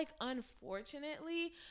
unfortunately